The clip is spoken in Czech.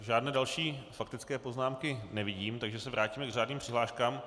Žádné další faktické poznámky nevidím, takže se vrátíme k řádným přihláškám.